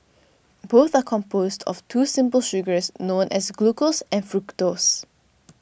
both are composed of two simple sugars known as glucose and fructose